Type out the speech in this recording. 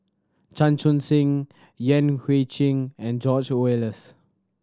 Chan Chun Sing Yan Hui Chang and George Oehlers